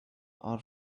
are